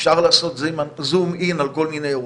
אפשר לעשות זוּם-אִין על כל מיני אירועים,